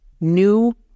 new